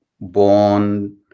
born